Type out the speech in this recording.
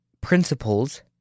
principles